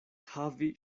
havi